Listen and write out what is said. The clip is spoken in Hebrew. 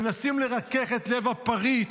מנסים לרכך את לב הפריץ,